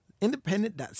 Independent